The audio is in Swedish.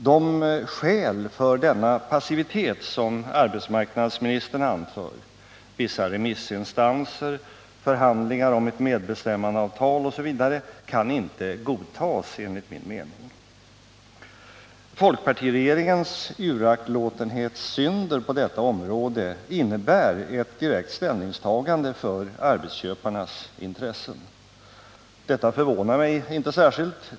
De skäl för denna passivitet som arbetsmarknadsministern anför — vissa remissinstanser, förhandlingar om ett medbestämmandeavtal osv. — kan enligt min mening inte godtas. Folkpartiregeringens uraktlåtenhetssynder innebär ett direkt ställningstagande för arbetsköparnas intressen. Detta förvånar mig inte särskilt.